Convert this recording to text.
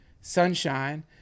sunshine